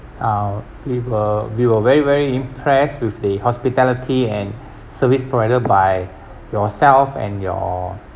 um we were we were very very impressed with the hospitality and service provided by yourself and your